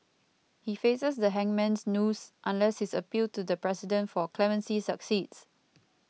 he faces the hangman's noose unless his appeal to the President for clemency succeeds